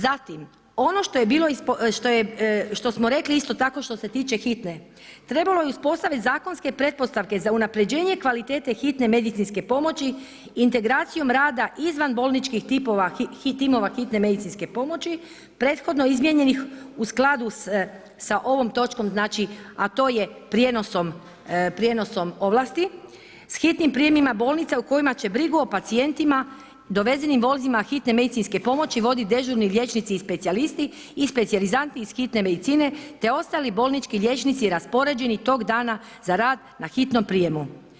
Zatim ono što smo rekli isto tako što se tiče Hitne, trebalo je uspostaviti zakonske pretpostavke za unaprjeđenje kvalitete hitne medicinske pomoći integracijom rada izvanbolničkih timova hitne medicinske pomoći prethodno izmijenjenih u skladu sa ovom točkom a to je prijenosom ovlasti s hitnim prijemima bolnica u kojima će brigu o pacijentima dovezenim vozilima hitne medicinske pomoći, voditi dežurni liječnici i specijalisti i specijalizanti iz hitne medicine te ostali bolnički liječnici raspoređeni tog dana za rad na hitnom prijemu.